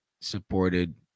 supported